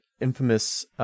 infamous